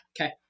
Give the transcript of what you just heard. Okay